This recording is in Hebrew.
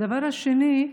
הדבר השני,